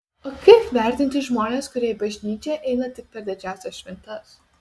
o kaip vertinti žmones kurie į bažnyčią eina tik per didžiąsias šventes